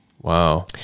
Wow